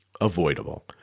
avoidable